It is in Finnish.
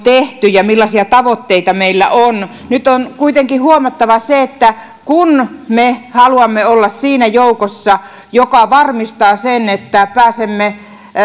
tehty ja millaisia tavoitteita meillä on nyt on kuitenkin huomattava se että kun me haluamme olla siinä joukossa joka varmistaa sen että pääsemme